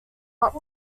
not